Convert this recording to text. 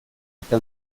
eta